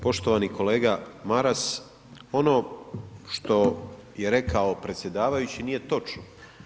Poštovani kolega Maras, ono što je rekao predsjedavajući, nije točno.